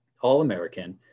All-American